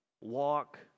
walk